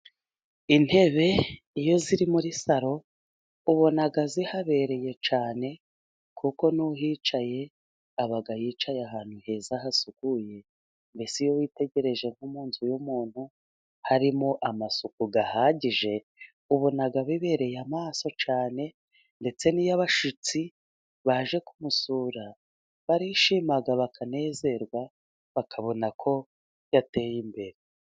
Intebe iyo ziri muri saro ubona zihabereye cyane, kuko n'uhicaye aba yicaye ahantu heza hasukuye, mbese iyo witegereje nko mu nzu y'umuntu, harimo amasuku ahagije ubona bibereye amaso cyane ndetse n'iy'abashyitsi baje, kumusura barishima bakanezerwa bakabona ko yateye imbere.